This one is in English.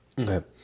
Okay